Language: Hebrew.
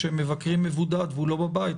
כשמבקרים מבודד והוא לא בבית,